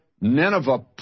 Nineveh